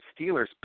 Steelers